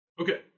Okay